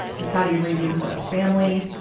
the saudi arabian royal family.